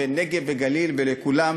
ונגב וגליל ולכולם,